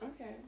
Okay